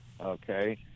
okay